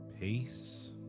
peace